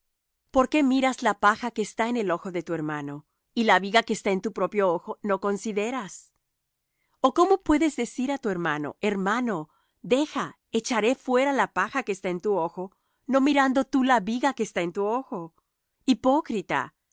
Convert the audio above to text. por qué miras la paja que está en el ojo de tu hermano y la viga que está en tu propio ojo no consideras o cómo puedes decir á tu hermano hermano deja echaré fuera la paja que está en tu ojo no mirando tú la viga que está en tu ojo hipócrita